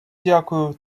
дякую